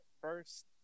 first